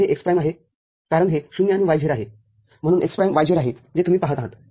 तरहे x प्राईमआहे कारण हे ० आणि y z आहे म्हणून x प्राईम y z आहे जे तुम्ही पाहत आहात